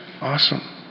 Awesome